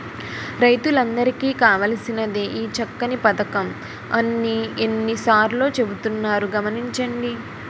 రైతులందరికీ కావాల్సినదే ఈ చక్కని పదకం అని ఎన్ని సార్లో చెబుతున్నారు గమనించండి